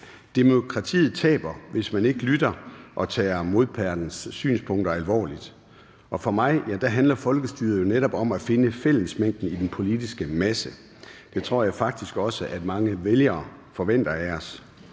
Demokratiet taber, hvis man ikke lytter og tager modpartens synspunkter alvorligt. For mig handler folkestyret jo netop om at finde fællesmængden i den politiske masse. Det tror jeg faktisk også at mange vælgere forventer af os.